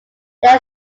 they